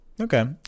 Okay